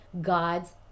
God's